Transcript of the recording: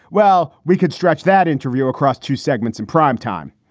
well, we could stretch that interview across two segments in primetime.